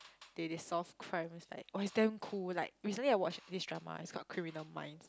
they they solve crimes like oh it's damn cool like recently I watched this drama it's called Criminal Mind